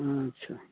अच्छा